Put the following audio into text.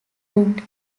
cooked